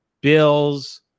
Bills